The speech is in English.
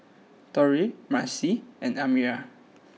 Tori Marci and Amira